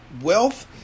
wealth